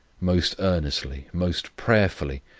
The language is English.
most earnestly, most prayerfully,